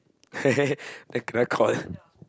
then kena con